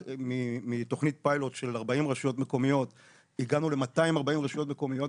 שמתוכנית פיילוט של 40 רשויות מקומיות הגענו ל-240 רשויות מקומיות.